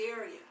area